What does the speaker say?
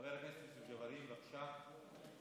חבר הכנסת ג'בארין, בבקשה.